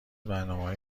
برنامههای